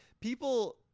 People